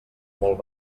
molt